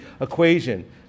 equation